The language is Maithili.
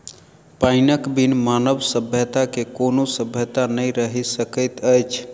पाइनक बिन मानव सभ्यता के कोनो सभ्यता नै रहि सकैत अछि